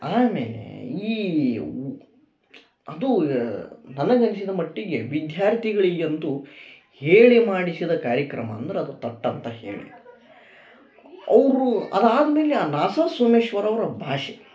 ಆಮೇಲೆ ಈ ಉ ಅದು ನನಗೆ ಅನ್ಸಿದ ಮಟ್ಟಿಗೆ ವಿದ್ಯಾರ್ಥಿಗಳಿಗೆ ಅಂತೂ ಹೇಳಿ ಮಾಡಿಸಿದ ಕಾರ್ಯಕ್ರಮ ಅಂದ್ರೆ ಅದು ಥಟ್ ಅಂತ ಹೇಳಿ ಅವ್ರು ಅದಾದ ಮೇಲೆ ಆ ನಾ ಸ ಸೋಮೇಶ್ವರ ಅವರ ಭಾಷೆ